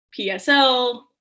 PSL